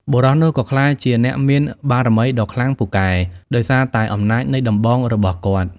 បុរសនោះក៏ក្លាយជាអ្នកមានបារមីដ៏ខ្លាំងពូកែ ដោយសារតែអំណាចនៃដំបងរបស់គាត់ ។